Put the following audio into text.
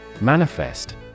Manifest